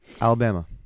Alabama